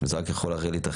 זה רק יכול להתאחר.